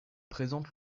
présente